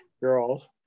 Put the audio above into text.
girls